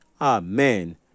Amen